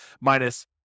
minus